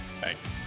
Thanks